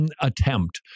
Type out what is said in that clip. attempt